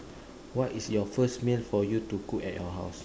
what is your first meal for you to cook at your house